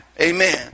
Amen